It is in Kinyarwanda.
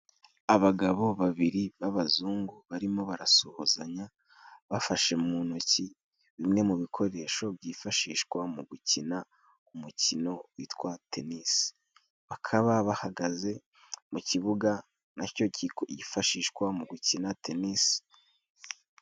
Abagabo babiri b'abazungu barimo barasuhuzanya ,bafashe mu ntoki bimwe mu bikoresho byifashishwa mu gukina umukino witwa tenisi. Bakaba bahagaze mu kibuga nacyo cyifashishwa mu gukina tenisi.